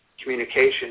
communication